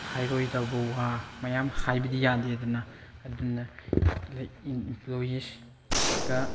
ꯍꯥꯏꯔꯣꯏꯗꯕ ꯋꯥ ꯃꯌꯥꯝ ꯍꯥꯏꯕꯗꯤ ꯌꯥꯗꯦꯗꯅ ꯑꯗꯨꯅ ꯂꯥꯏꯛ ꯑꯦꯟ ꯏꯝꯄ꯭ꯂꯣꯌꯤꯁꯒ